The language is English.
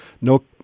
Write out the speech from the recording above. no